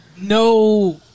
no